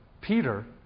Peter